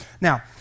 Now